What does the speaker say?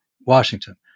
Washington